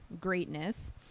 greatness